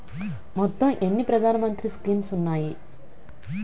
మొత్తం ఎన్ని ప్రధాన మంత్రి స్కీమ్స్ ఉన్నాయి?